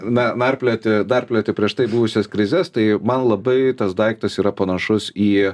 na narplioti narplioti prieš tai buvusias krizes tai man labai tas daiktas yra panašus į